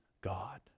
God